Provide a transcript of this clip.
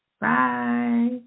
bye